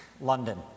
London